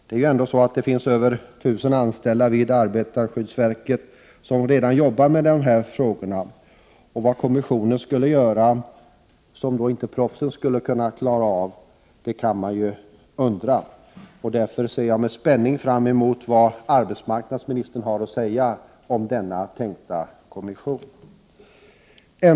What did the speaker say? Det finns över 1 000 anställda vid arbetarskyddsverket som redan arbetar med dessa frågor, och man kan fråga sig vad denna kommission skall göra som inte proffsen klarar av. Jag ser därför med spänning fram emot vad arbetsmarknadsministern har att säga om den tänkta kommissionen.